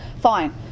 fine